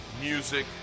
music